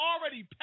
already